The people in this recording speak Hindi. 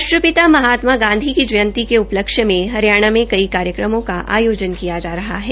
राष्ट्रपिता महात्मा गांधी की जयंती के उपलक्ष्य में हंरियाणा में कई कार्यक्रमो का आयोजन किया जा रहा है